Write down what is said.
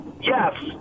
yes